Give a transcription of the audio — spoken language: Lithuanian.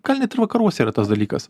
gal net ir vakaruose yra tas dalykas